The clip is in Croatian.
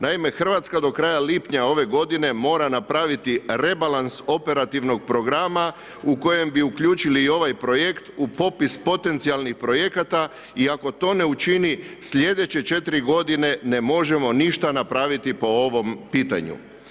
Naime, Hrvatska do kraja lipnja ove godine mora napraviti rebalans operativnog programa u kojem bi uključili i ovaj projekt u popis potencijalnih projekata i ako to ne učini, slijedeće 4 godine ne možemo ništa napraviti po ovom pitanju.